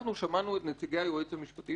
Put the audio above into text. אנחנו שמענו את נציגי היועץ המשפטי,